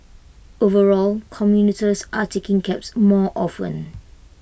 overall commuters are taking cabs more often